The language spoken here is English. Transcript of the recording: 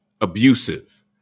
abusive